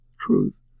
truth